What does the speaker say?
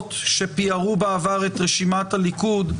דוגמאות שפיארו בעבר את רשימת הליכוד,